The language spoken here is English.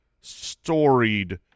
storied